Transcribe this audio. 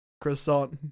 Croissant